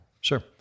Sure